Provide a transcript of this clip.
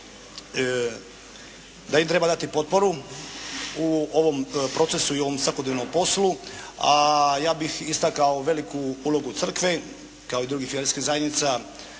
da im treba dati potporu u ovom procesu i ovom svakodnevnom poslu. A ja bih istakao veliku ulogu crkve kao i drugih vjerskih zajednica